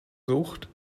sucht